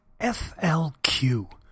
FLQ